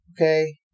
okay